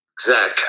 Zach